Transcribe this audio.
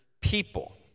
people